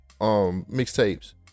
mixtapes